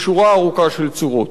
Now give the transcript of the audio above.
בשורה ארוכה של צורות: